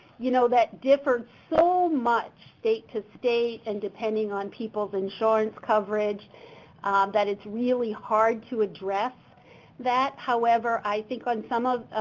you know, that differed so much state to state and depending on people's insurance coverage that it's really hard to address that, however, i think on some of,